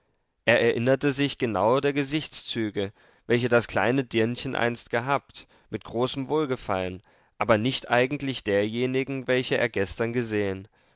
er erinnerte sich genau der gesichtszüge welche das kleine dirnchen einst gehabt mit großem wohlgefallen aber nicht eigentlich derjenigen welche er gestern gesehen